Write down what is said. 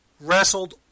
wrestled